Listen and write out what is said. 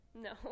no